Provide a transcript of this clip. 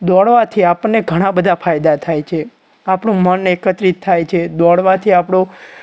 દોડવાથી આપણને ઘણા બધા ફાયદા થાય છે આપણું મન એકત્રિત થાય છે દોડવાથી આપણું